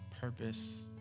purpose